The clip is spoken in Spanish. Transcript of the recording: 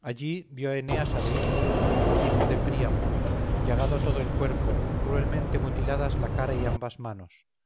allí vio eneas a deífobo hijo de príamo llagado todo el cuerpo cruelmente mutiladas la cara y ambas manos